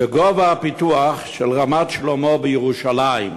בגובה מחיר הפיתוח של רמת-שלמה בירושלים.